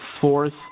fourth